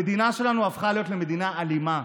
המדינה שלנו הפכה להיות למדינה אלימה.